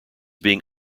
being